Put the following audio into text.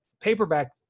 paperback